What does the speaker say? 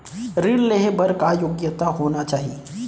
ऋण लेहे बर का योग्यता होना चाही?